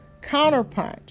counterpunch